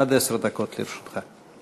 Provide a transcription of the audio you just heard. עד עשר דקות לרשותך.